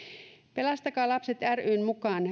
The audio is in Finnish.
pelastakaa lapset ryn mukaan